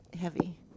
heavy